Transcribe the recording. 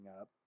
up